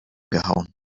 gehauen